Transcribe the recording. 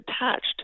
attached